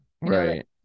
right